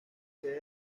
sede